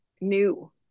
new